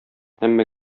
һәммә